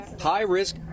high-risk